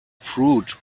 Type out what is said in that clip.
fruit